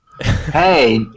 Hey